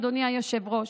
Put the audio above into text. אדוני היושב-ראש,